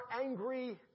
angry